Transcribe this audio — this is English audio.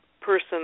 person